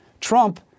Trump